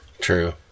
True